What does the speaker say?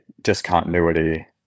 discontinuity